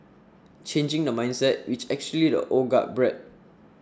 changing the mindset which actually the old guard bred